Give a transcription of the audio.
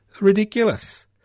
ridiculous